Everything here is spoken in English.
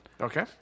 Okay